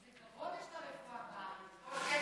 איזה כבוד יש לרפואה בארץ, כל סגני